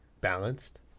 balanced